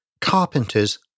carpenters